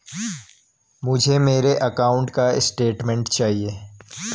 मुझे मेरे अकाउंट का स्टेटमेंट चाहिए?